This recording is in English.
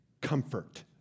comfort